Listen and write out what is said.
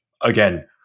again